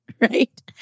right